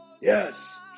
Yes